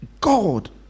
God